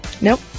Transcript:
Nope